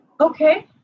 Okay